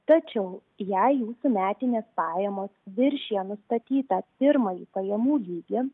tačiau jei jūsų metinės pajamos viršija nustatytą pirmąjį pajamų lygį